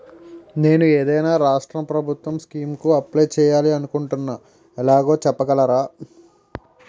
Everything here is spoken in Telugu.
నేను ఏదైనా రాష్ట్రం ప్రభుత్వం స్కీం కు అప్లై చేయాలి అనుకుంటున్నా ఎలాగో చెప్పగలరా?